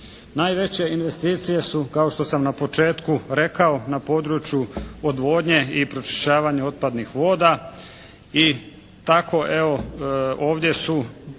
Najveće investicije su kao što sam na početku rekao na području odvodnje i pročišćavanja otpadnih voda. I tako evo ovdje su